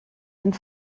sind